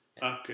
Okay